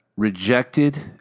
Rejected